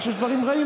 וכשיש דברים רעים,